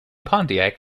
pontiac